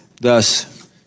thus